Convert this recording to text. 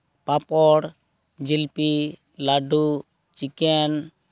ᱯᱟᱸᱯᱚᱲ ᱡᱷᱤᱞᱯᱤ ᱞᱟᱹᱰᱩ ᱪᱤᱠᱮᱱ